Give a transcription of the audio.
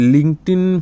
LinkedIn